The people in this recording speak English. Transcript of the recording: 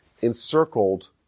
encircled